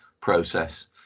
process